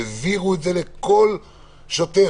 העבירו את זה לכל שוטר,